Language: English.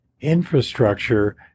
infrastructure